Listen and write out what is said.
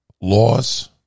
laws